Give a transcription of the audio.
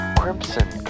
crimson